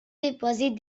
dipòsit